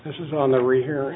this is on the rehear